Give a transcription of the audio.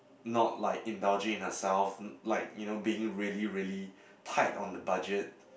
not like indulging in herself like you know being really really tight on the budget